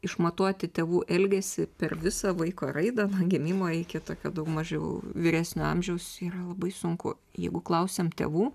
išmatuoti tėvų elgesį per visą vaiko raidą nuo gimimo iki tokio daug mažiau vyresnio amžiaus yra labai sunku jeigu klausiam tėvų